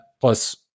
plus